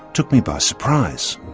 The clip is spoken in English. took me by surprise.